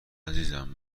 عزیزم